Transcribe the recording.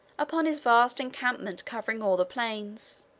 upon his vast encampment covering all the plains,